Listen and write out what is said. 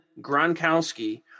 gronkowski